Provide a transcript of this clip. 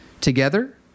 together